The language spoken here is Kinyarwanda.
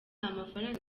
amafaranga